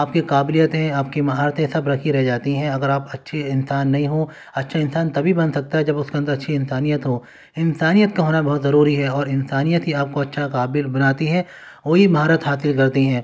آپ کی قابلیتیں آپ کی مہارتیں سب رکھی رہ جاتی ہیں اگر آپ اچھے انسان نہیں ہو اچھا انسان تبھی بن سکتا ہے جب اس کے اندر اچھی انسانیت ہو انسانیت کا ہونا بہت ضروری ہے اور انسانیت ہی آپ کو اچھا قابل بناتی ہے اور یہ مہارت حاصل کرتی ہیں